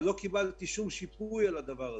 אבל לא קיבלתי שום שיפוי על הדבר הזה.